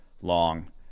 long